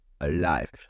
alive